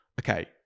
okay